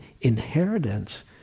inheritance